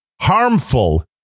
harmful